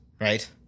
right